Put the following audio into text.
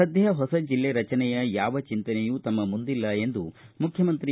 ಸಧ್ಯ ಹೊಸ ಜಿಲ್ಲೆ ರಚನೆಯ ಯಾವ ಚಿಂತನೆ ತಮ್ಮ ಮುಂದಿಲ್ಲ ಎಂದು ಮುಖ್ಯಮಂತ್ರಿ ಬಿ